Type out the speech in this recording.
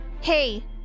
Hey